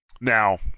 Now